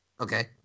okay